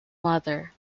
mother